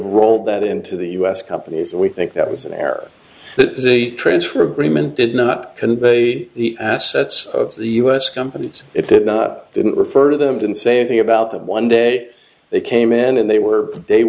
rolled that into the u s companies and we think that was an error that the transfer agreement did not convey the assets of the u s companies it did not didn't refer to them didn't say anything about that one day they came in and they were they